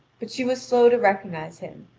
but she was slow to recognise him,